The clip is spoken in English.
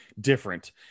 different